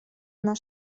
она